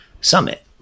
summit